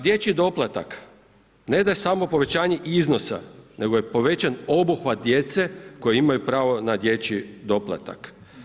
Dječji doplatak, ne daje samo povećanje iznosa nego je povećan obuhvat djece koja imaju pravo na dječji doplatak.